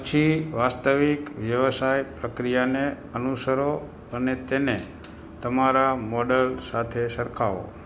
પછી વાસ્તવિક વ્યવસાય પ્રક્રિયાને અનુસરો અને તેને તમારા મૉડલ સાથે સરખાવો